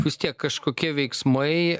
vis tiek kažkokie veiksmai